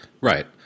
right